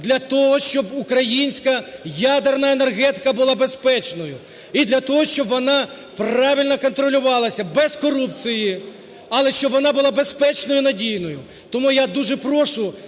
для того, щоб українська ядерна енергетика була безпечною і для того, щоб вона правильно контролювалася – без корупції, але щоб вона була безпечною і надійною. Тому я дуже прошу,